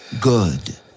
good